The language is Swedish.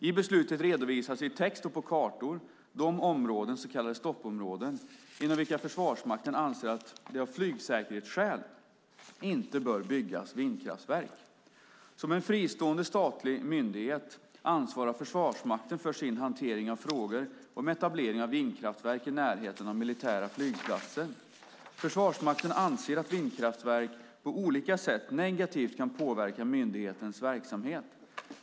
I beslutet redovisas i text och på kartor de områden - så kallade stoppområden - inom vilka Försvarsmakten anser att det av flygsäkerhetsskäl inte bör byggas vindkraftverk. Såsom en fristående statlig myndighet ansvarar Försvarsmakten för sin hantering av frågor om etablering av vindkraftverk i närheten av militära flygplatser. Försvarsmakten anser att vindkraftverk på olika sätt negativt kan påverka myndighetens verksamhet.